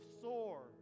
soar